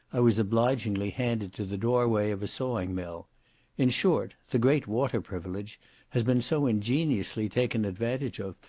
i was obligingly handed to the door-way of a sawing-mill in short, the great water privilege has been so ingeniously taken advantage of,